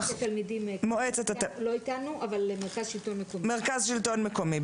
מרכז שלטון המקומי,